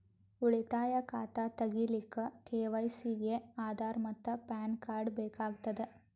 ಉಳಿತಾಯ ಖಾತಾ ತಗಿಲಿಕ್ಕ ಕೆ.ವೈ.ಸಿ ಗೆ ಆಧಾರ್ ಮತ್ತು ಪ್ಯಾನ್ ಕಾರ್ಡ್ ಬೇಕಾಗತದ